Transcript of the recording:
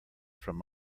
from